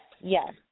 yes